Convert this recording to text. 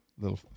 little